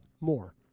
more